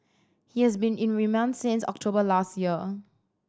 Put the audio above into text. he has been in remand since October last year